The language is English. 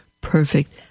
perfect